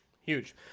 Huge